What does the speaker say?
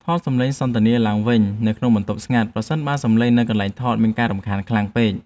ថតសម្លេងសន្ទនាឡើងវិញនៅក្នុងបន្ទប់ស្ងាត់ប្រសិនបើសំឡេងនៅកន្លែងថតមានការរំខានខ្លាំងពេក។